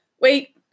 Wait